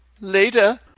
Later